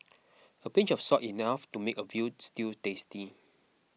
a pinch of salt enough to make a Veal Stew tasty